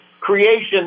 creation